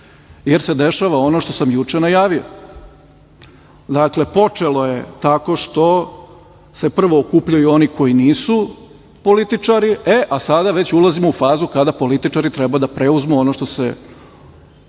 jer se dešava ono što sam juče najavio. Dakle, počelo je tako što se prvo okupljaju oni koji nisu političari, a sada već ulazimo u fazu kada političari treba da preuzmu ono što se